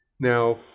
Now